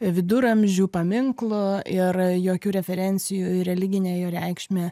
viduramžių paminklu ir jokių referencijų į religinę jo reikšmę